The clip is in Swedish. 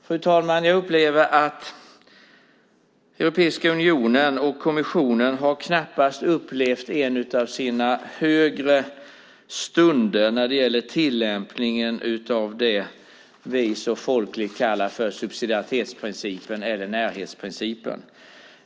Jag upplever, fru talman, att Europeiska unionen och kommissionen knappast har upplevt en av sina större stunder när det gäller tillämpningen av det vi så folkligt kallar för subsidiaritetsprincipen eller närhetsprincipen.